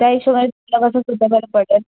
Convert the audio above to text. त्या हिशोबाने सुद्धा बरं पडेल